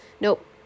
Nope